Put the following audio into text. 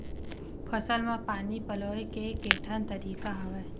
फसल म पानी पलोय के केठन तरीका हवय?